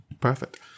perfect